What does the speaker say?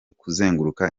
kuzenguruka